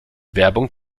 werbung